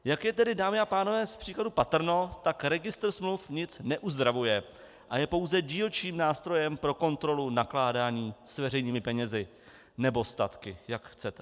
Jak je tedy, dámy a pánové, z příkladů patrno, tak registr smluv nic neuzdravuje a je pouze dílčím nástrojem pro kontrolu nakládání s veřejnými penězi nebo statky, jak chcete.